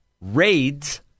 raids